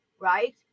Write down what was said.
right